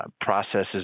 processes